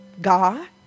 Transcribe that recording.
God